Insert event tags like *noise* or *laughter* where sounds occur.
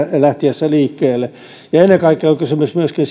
lähtiessä liikkeelle ennen kaikkea on kysymys myöskin *unintelligible*